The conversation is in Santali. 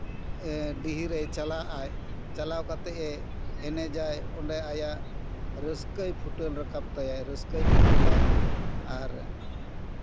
ᱰᱤᱦᱤ ᱨᱮᱭ ᱪᱟᱞᱟᱜᱼᱟᱭ ᱪᱟᱞᱟᱣ ᱠᱟᱛᱮ ᱮᱱᱮᱡᱟᱭ ᱚᱸᱰᱮ ᱟᱭᱟᱜ ᱨᱟᱹᱥᱠᱟᱹᱭ ᱯᱷᱚᱴᱮᱞ ᱨᱟᱠᱟᱵ ᱛᱟᱭᱟ ᱨᱟᱹᱥᱠᱟᱹᱭ ᱯᱷᱚᱴᱮᱞᱟᱭ ᱟᱨ